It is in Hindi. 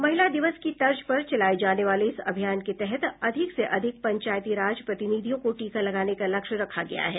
महिला दिवस की तर्ज पर चलाये जाने वाले इस अभियान के तहत अधिक से अधिक पंचायती राज प्रतिनिधियों को टीका लगाने का लक्ष्य रखा गया है